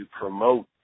promote